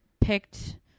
picked